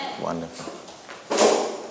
Wonderful